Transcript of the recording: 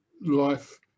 life